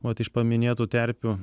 vat iš paminėtų terpių